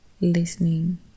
listening